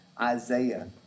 Isaiah